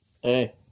hey